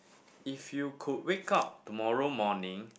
if you could wake up tomorrow morning